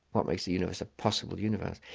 what makes a universe a possible universe?